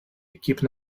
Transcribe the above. équipe